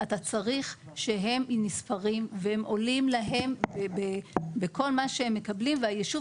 אתה צריך שהם עם מספרים והם עולים להם בכל מה שהם מקבלים והיישוב